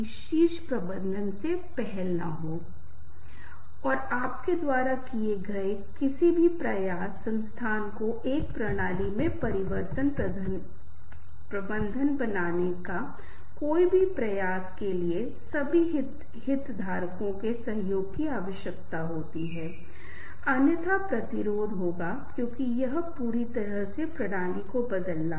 हमें बहुत सतर्क रहना चाहिए हमें अपने संचार व्यवहार में बहुत सतर्क रहना चाहिए और यह संचार व्यवहार है जिसके साथ हम अपने जीवन को आसान आरामदायक बना सकते हैं हम खुश रह सकते हैं और हम दूसरों को खुश कर सकते हैं